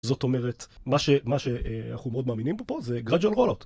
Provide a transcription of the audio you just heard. זאת אומרת, מה שאנחנו מאוד מאמינים בו פה, זה השקה הדרגתית.